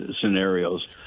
scenarios